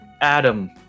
Adam